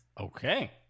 Okay